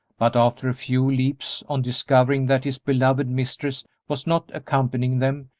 but after a few leaps, on discovering that his beloved mistress was not accompanying them,